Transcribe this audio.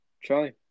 Charlie